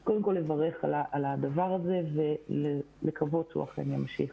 אז קודם כל לברך על הדבר הזה ולקוות שהוא אכן ימשיך.